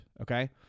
Okay